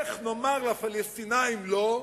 איך נאמר לפלסטינים "לא",